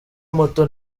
moto